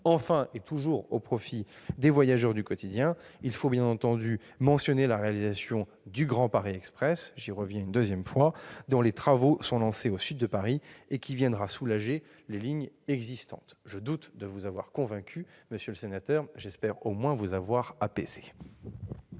Enfin, et toujours au profit des voyageurs du quotidien, il faut bien entendu mentionner la réalisation du Grand Paris Express, dont les travaux sont lancés au sud de Paris et qui viendra soulager les lignes existantes. Je doute de vous avoir convaincu, monsieur le sénateur, mais j'espère au moins vous avoir apaisé.